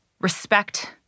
respect